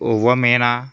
बबेबा मेना